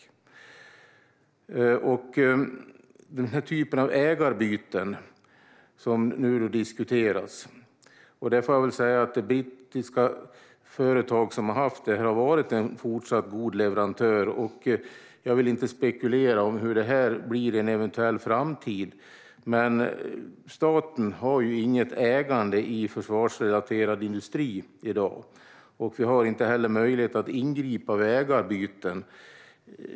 Nu diskuteras den här typen av ägarbyten. Jag får väl säga att det brittiska företag som har haft detta har varit en god leverantör. Jag vill inte spekulera om hur det blir i en eventuell framtid, men staten har inget ägande i försvarsrelaterad industri i dag, och vi har inte heller möjlighet att ingripa vid ägarbyten.